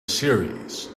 series